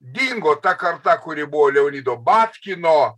dingo ta karta kuri buvo leonido bapkino